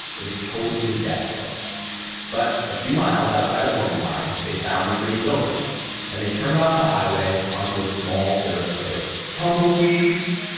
it was totally desolate but a few miles outside of lone pine, they found the green building and they turned off the highway onto a small dirt road tumbleweeds,